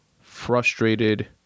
frustrated